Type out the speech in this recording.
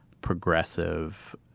progressive